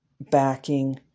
backing